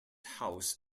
house